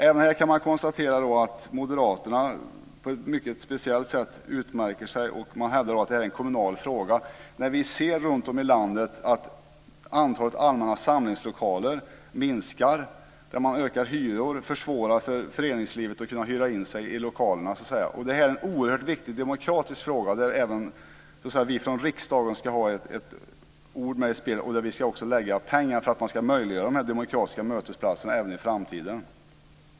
Även här kan man konstatera att Moderaterna på ett mycket speciellt sätt utmärker sig. Man hävdar att det här är en kommunal fråga. Vi ser runtom i landet att antalet allmänna samlingslokaler minskar. Man höjer hyror och försvårar för föreningslivet att hyra in sig i lokalerna. Det är en oerhört viktig demokratisk fråga där även vi från riksdagen ska ha ett ord med i laget. Vi ska också lägga pengar för att man ska möjliggöra de här demokratiska mötesplatserna även i framtiden.